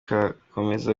birakomeza